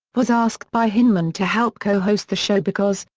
was asked by hyneman to help co-host the show because,